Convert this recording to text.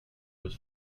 was